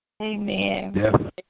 Amen